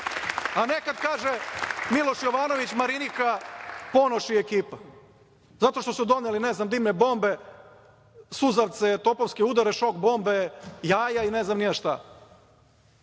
a ne kada kaže Miloš Jovanović, Marinika, Ponoš i ekipa zato što su doneli, ne znam, dimne bombe, suzavce, topovske udare, šok bombe, jaja i ne znam ni ja šta.